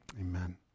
Amen